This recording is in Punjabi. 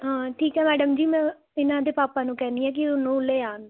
ਹਾਂ ਠੀਕ ਹੈ ਮੈਡਮ ਜੀ ਮੈਂ ਇਹਨਾਂ ਦੇ ਪਾਪਾ ਨੂੰ ਕਹਿੰਦੀ ਆ ਕਿ ਉਹਨੂੰ ਲੈ ਆਉਣ